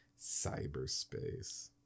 Cyberspace